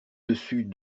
dessus